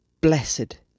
blessed